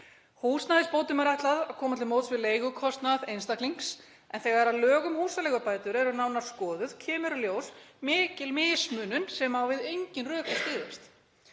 Húsnæðisbótum er ætlað að koma til móts við leigukostnað einstaklings en þegar lög um húsaleigubætur eru nánar skoðuð kemur í ljós mikil mismunun sem á við engin rök að styðjast.